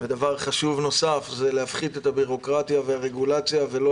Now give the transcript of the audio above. דבר שני זה הפחתת הבירוקרטיה והרגולציה ולא